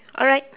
alright